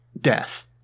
death